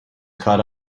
caught